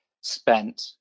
spent